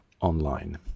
online